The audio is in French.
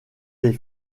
des